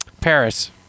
Paris